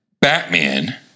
Batman